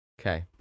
Okay